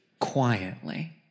quietly